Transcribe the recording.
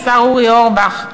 השר אורי אורבך,